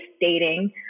dating